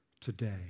today